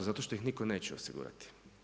Zato što ih nitko neće osigurati.